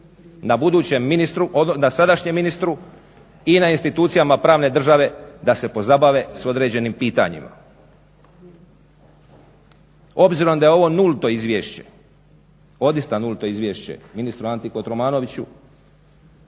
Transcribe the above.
na sadašnjem ministru i na institucijama pravne države da se pozabave s određenim pitanjima. Obzirom da je ovo nulto izvješće, odista nultu izvješće, ministru Anti Kotromanoviću